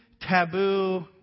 taboo